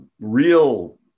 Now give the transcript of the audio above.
real